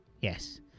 Yes